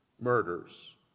murders